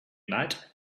night